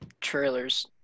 Trailers